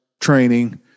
training